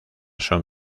son